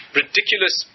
ridiculous